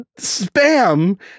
spam